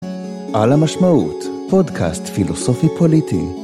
על המשמעות פודקאסט פילוסופי פוליטי